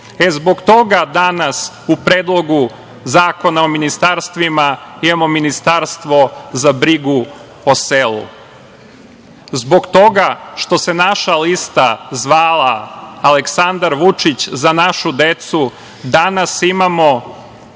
Zbog toga danas u Predlogu zakona o ministarstvima imamo ministarstvo za brigu o selu. Zbog toga što se naša lista zvala Aleksandar Vučić – Za našu decu danas imamo